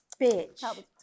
Bitch